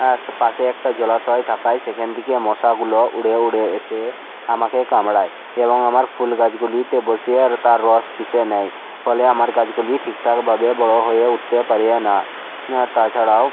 আশে পাশে একটা জলাশয় থাকায় সেখান থেকে মশাগুলো উড়ে উড়ে এসে আমাকে কামড়ায় এবং আমার ফুলগাছগুলিতে বসে তার রস চুষে নেয় ফলে আমার গাছগুলি ঠিকঠাকভাবে বড়ো হয়ে উঠতে পারে না হ্যাঁ তাছাড়াও